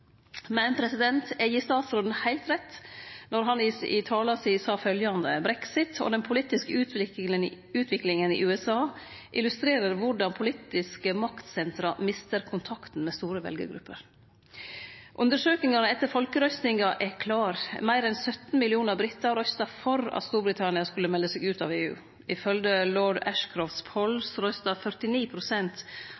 Men eg gir statsråden heilt rett, når i han i talen sin sa følgjande: «Brexit og den politiske utviklingen i USA illustrerer hvordan politiske maktsentra mister kontakten med store velgergrupper.» Undersøkingane etter folkerøystinga er klare: Meir enn 17 millionar britar røysta for at Storbritannia skulle melde seg ut av EU. Ifølgje Lord